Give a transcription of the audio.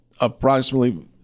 approximately